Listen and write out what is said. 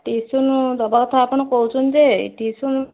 tuition ଦେବା କଥା ଆପଣ କହୁଛନ୍ତି ଯେ ଟିଉସନ୍